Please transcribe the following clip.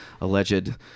alleged